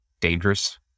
dangerous